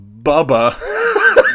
Bubba